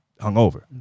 hungover